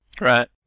Right